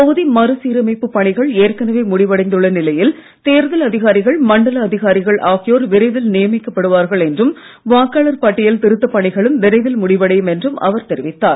தொகுதி மறு சீரமைப்பு பணிகள் ஏற்கனவே முடிவடைந்துள்ள நிலையில் தேர்தல் அதிகாரிகள் மண்டல அதிகாரிகள் நியமிக்கப்படுவார்கள் என்றும் வாக்காளர் பட்டியல் திருத்தப் பணிகளும் விரைவில் முடிவடையும் என்றும் அவர் தெரிவித்தார்